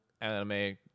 anime